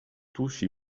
tuŝi